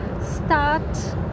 start